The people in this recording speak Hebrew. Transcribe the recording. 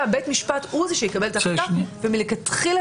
בית משפט הוא שיקבל את ההחלטה ומלכתחילה